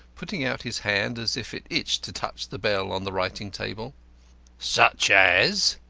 putting out his hand as if it itched to touch the bell on the writing-table. such as,